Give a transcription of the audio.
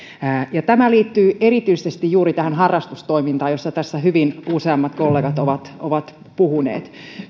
tämä liittyy erityisesti juuri tähän harrastustoimintaan josta tässä useammat kollegat ovat ovat hyvin puhuneet